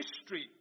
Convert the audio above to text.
history